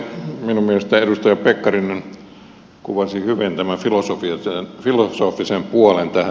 minun mielestäni edustaja pekkarinen kuvasi hyvin tämän filosofisen puolen tähän